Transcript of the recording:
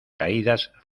caídas